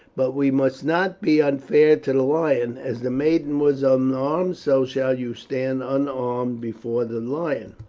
but we must not be unfair to the lion as the maiden was unarmed so shall you stand unarmed before the lion.